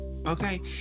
Okay